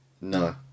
No